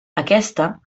aquesta